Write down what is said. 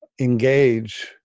engage